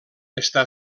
està